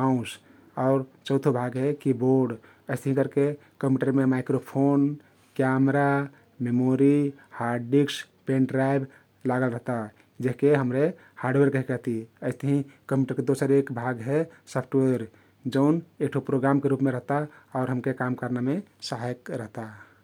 माउस आउ चौथो भाग हे किबोर्ड । अइस्तहिं करके कम्प्युटरमे microphone, camera, memory, hard disk pendrive लागल रहता जेहके हम्रे हार्डवेयर कहिके कहती । अइस्तहिं कम्प्युटरके दोसर एक भाग हे सफ्टवेयर जउन एक ठो प्रोग्रामके रुपमे रहता आउ हमके काम करनामे सहायक रहता ।